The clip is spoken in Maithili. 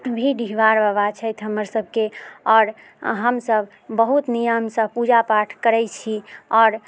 भी डीहवार बाबा छथि हमरसभके आओर हमसभ बहुत नियमसँ पूजा पाठ करैत छी आओर